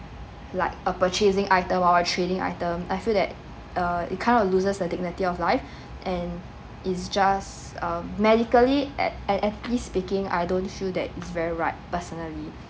like a purchasing item or a trading item I feel that uh it kind of losses the dignity of life and is just um medically et~ ethics speaking I don't feel that is very right personally